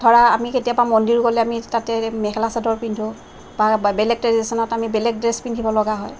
ধৰা আমি কেতিয়াবা মন্দিৰ গ'লে আমি তাতে মেখেলা চাদৰ পিন্ধো বা বেলেগ ট্ৰেডিশ্যনত আমি বেলেগ ড্ৰেছ পিন্ধিব লগা হয়